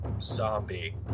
zombie